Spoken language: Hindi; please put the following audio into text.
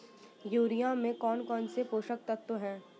यूरिया में कौन कौन से पोषक तत्व है?